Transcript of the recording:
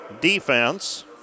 defense